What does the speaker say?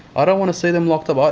i don't want to see them locked up, ah